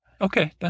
Okay